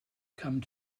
come